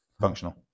functional